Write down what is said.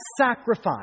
sacrifice